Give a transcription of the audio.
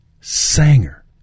Sanger